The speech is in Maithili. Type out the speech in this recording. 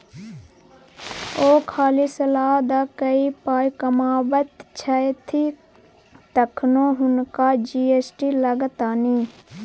ओ खाली सलाह द कए पाय कमाबैत छथि तखनो हुनका जी.एस.टी लागतनि